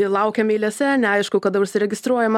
laukiam eilėse neaišku kada užsiregistruojama